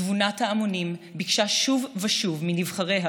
תבונת ההמונים ביקשה שוב ושוב מנבחריה